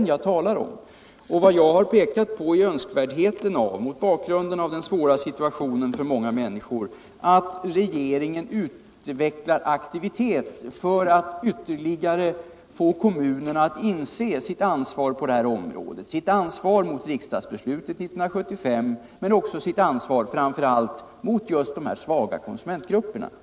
Jag har här velat peka på att det är önskvärt, mot bakgrund av den svåra situationen för många människor, att regeringen utvecklar aktivitet för att ytterligare få kommunerna att inse sitt ansvar med hänsyn till riksdagsbeslutet 1975 och framför allt med hänsyn till de här svaga konsumentgrupperna.